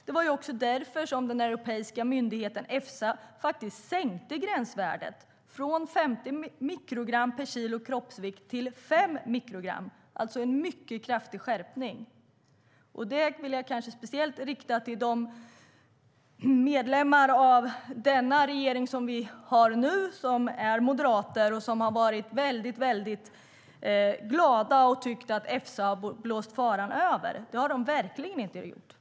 Det var därför den europeiska myndigheten Efsa sänkte gränsvärdet från 50 mikrogram per kilo kroppsvikt till 5 mikrogram - alltså en mycket kraftig skärpning. Detta vill jag speciellt rikta till medlemmarna i den regering vi har nu som är moderater och som har varit väldigt glada och tyckt att Efsa har blåst faran över: Det har de verkligen inte gjort.